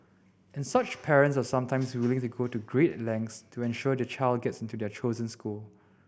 and such parents are sometimes willing to go to great lengths to ensure their child gets into their chosen school